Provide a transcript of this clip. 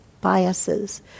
biases